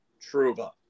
Truba